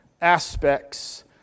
aspects